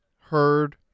heard